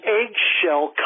eggshell